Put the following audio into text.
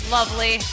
Lovely